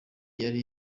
yari